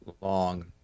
long